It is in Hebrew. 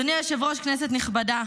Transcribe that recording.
אדוני היושב-ראש, כנסת נכבדה,